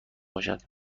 باشد